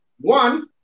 One